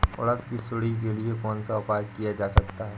उड़द की सुंडी के लिए कौन सा उपाय किया जा सकता है?